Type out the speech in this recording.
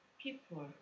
people